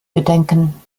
bedenken